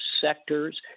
sectors